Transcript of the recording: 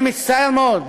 אני מצטער מאוד,